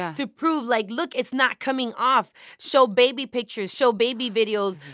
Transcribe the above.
to prove, like, look, it's not coming off show baby pictures, show baby videos.